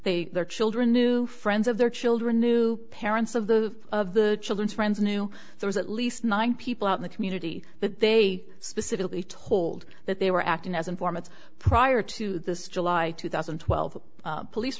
they their children knew friends of their children new parents of the of the children's friends knew there was at least nine people out in the community but they specifically told that they were acting as informants prior to this july two thousand and twelve police